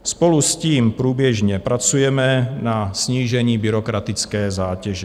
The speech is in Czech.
Spolu s tím průběžně pracujeme na snížení byrokratické zátěže.